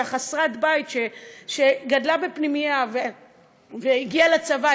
חסרת בית שגדלה בפנימייה והגיעה לצבא,